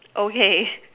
okay